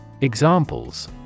Examples